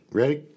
ready